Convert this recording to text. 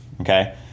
Okay